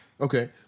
okay